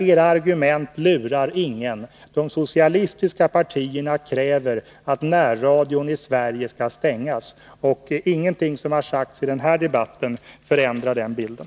Era argument 8 lurar ingen. De socialistiska partierna kräver att närradion i Sverige skall stängas, och ingenting som har sagts i den här debatten förändrar den bilden.